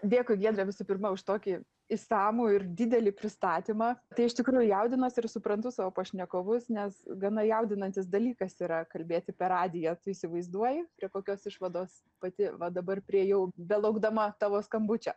dėkui giedre visų pirma už tokį išsamų ir didelį pristatymą tai iš tikrųjų jaudinuosi ir suprantu savo pašnekovus nes gana jaudinantis dalykas yra kalbėti per radiją tu įsivaizduoji prie kokios išvados pati va dabar priėjau belaukdama tavo skambučio